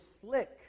slick